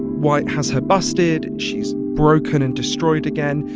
white has her busted. she's broken and destroyed again.